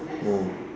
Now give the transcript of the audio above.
oh